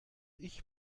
ich